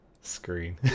screen